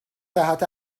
صحت